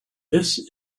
this